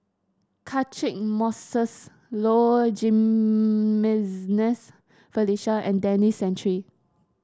Catchick Moses Low Jimenez Felicia and Denis Santry